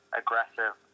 aggressive